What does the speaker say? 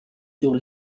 sur